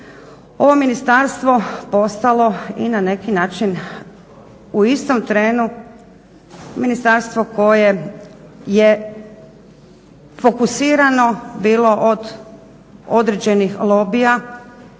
ovo ministarstvo postalo i na neki način u istom trenu ministarstvo koje je fokusirano bilo od određenih lobija